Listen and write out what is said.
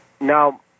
Now